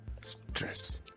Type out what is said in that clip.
stress